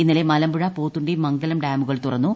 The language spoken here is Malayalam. ഇന്നലെ മലമ്പുഴ പോത്തുണ്ടി മംഗലം ഡാമുകൾ തുറന്നു